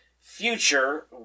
future